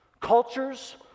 cultures